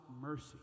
mercy